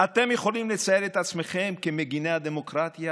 אתם יכולים לצייר את עצמכם כמגיני הדמוקרטיה